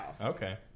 Okay